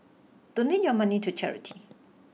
donate your money to charity